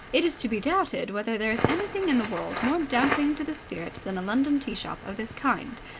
it is to be doubted whether there is anything in the world more damping to the spirit than a london tea-shop of this kind,